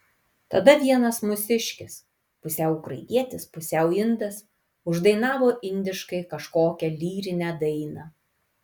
tada vienas mūsiškis pusiau ukrainietis pusiau indas uždainavo indiškai kažkokią lyrinę dainą